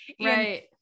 Right